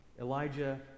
Elijah